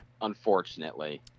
Unfortunately